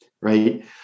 Right